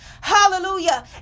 Hallelujah